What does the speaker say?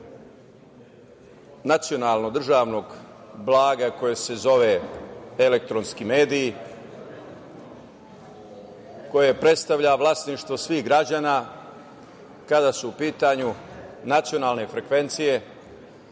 nacionalnog državnog blaga koje se zove elektronski mediji i koje predstavlja vlasništvo svih građana kada su u pitanju nacionalne frekvencije,